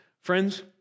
Friends